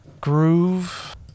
groove